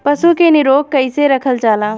पशु के निरोग कईसे रखल जाला?